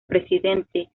presidente